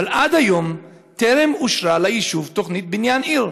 אבל עד היום טרם אושרה ליישוב תוכנית בניין עיר.